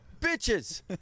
Bitches